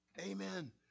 Amen